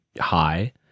high